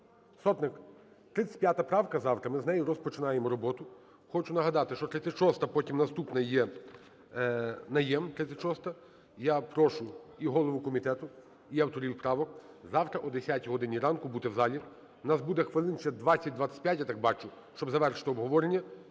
Сотник, 35 правка, завтра, ми з неї розпочинаємо роботу. Хочу нагадати, що 36-а потім наступна є, Найєм, 36-а. Я прошу і голову комітету, і авторів правок завтра о 10 годині ранку бути в залі. У нас буде хвилин ще 20-25, я так бачу, щоб завершити обговорення